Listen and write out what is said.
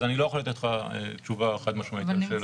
אז אני לא יכול לתת לך תשובה חד-משמעית על השאלה הזאת.